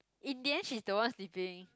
in the end she's the one sleeping